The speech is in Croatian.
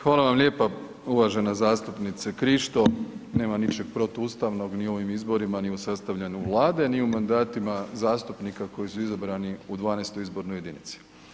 Hvala vam lijepa uvažena zastupnice Krišto, nema ničeg protuustavnog ni u ovim izborima, ni u sastavljanu vlade, ni u mandatima zastupnika koji su izabrani u 12. izbornoj jedinici.